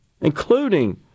including